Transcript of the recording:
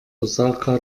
osaka